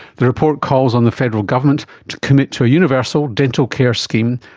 the report calls on the federal government to commit to a universal dental care scheme,